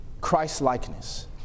Christ-likeness